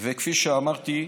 כפי שאמרתי,